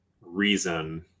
reason